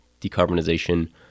decarbonization